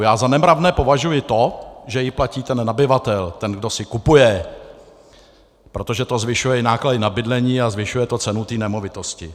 Já za nemravné považuji to, že ji platí ten nabyvatel, ten, kdo si kupuje, protože to zvyšuje i náklady na bydlení a zvyšuje to cenu té nemovitosti.